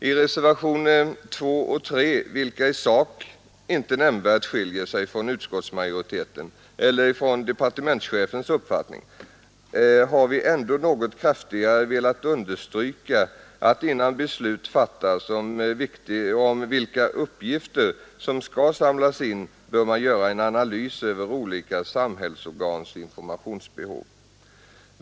I reservationerna 2 och 3, vilka i sak inte nämnvärt skiljer sig från utskottsmajoritetens eller departementschefens uppfattning, har vi ändå något kraftigare velat understryka att innan beslut fattas om vilka uppgifter som skall samlas in bör man göra en analys över olika samhällsorgans informationsbehov.